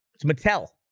it's mattel.